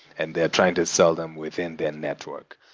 and they're trying to sell them within their network.